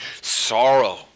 sorrow